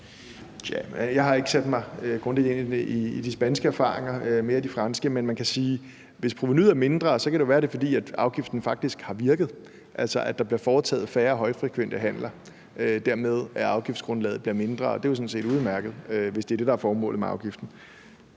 jeg har ikke sat mig grundigt ind i de spanske erfaringer, men mere i de franske. Men man kan sige, at hvis provenuet er mindre, kan det være, det er, fordi afgiften faktisk har virket, altså at der bliver foretaget færre højfrekvente handler og afgiftsgrundlaget dermed bliver mindre, og det er jo sådan set udmærket, hvis det er det, der er formålet med afgiften.